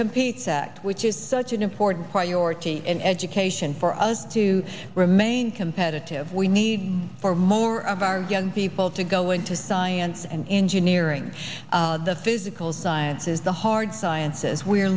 competes act which is such an important priority in education for us to remain competitive we need for more of our young people to go into science and engineering the physical sciences the hard sciences we're